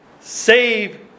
save